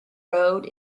road